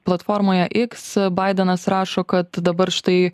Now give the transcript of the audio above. platformoje iks baidenas rašo kad dabar štai